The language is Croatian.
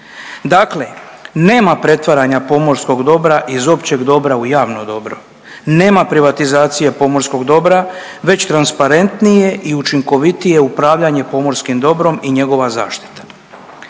Dakle, nema pretvaranja pomorskog dobra iz općeg dobra u javno dobro. Nema privatizacije pomorskog dobra već transparentnije i učinkovitije upravljanje pomorskim dobrom i njegova zaštita.